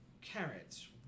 Carrots